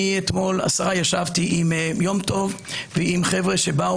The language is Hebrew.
אתמול ישבתי עם יום טוב ועם חבר'ה שבאו